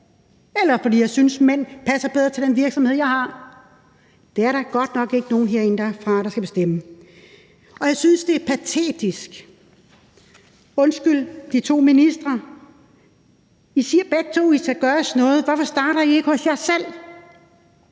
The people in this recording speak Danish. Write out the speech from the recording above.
være, at jeg synes, mænd passer bedre til den virksomhed, jeg har. Det er der godt nok ikke nogen herindefra der skal bestemme. Jeg synes, det er patetisk – undskyld, de to ministre. I siger begge to, at der skal gøres noget. Hvorfor starter I ikke hos jer selv?